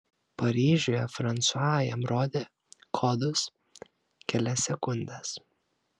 paryžiuje fransua jam rodė kodus kelias sekundes